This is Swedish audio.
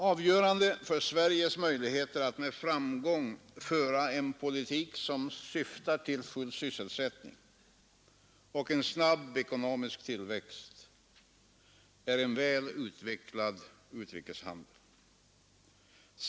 Avgörande för Sveriges möjligheter att med framgång föra en politik som syftar till full sysselsättning och snabb ekonomisk tillväxt är en väl utvecklad utrikeshandel.